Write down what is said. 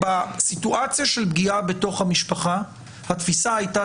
בסיטואציה של פגיעה בתוך המשפחה התפיסה הייתה